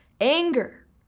Anger